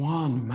one